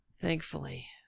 thankfully